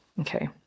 okay